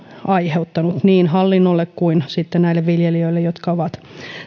aiheuttanut niin hallinnolle kuin sitten näille viljelijöille jotka ovat